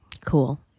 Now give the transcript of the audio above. Cool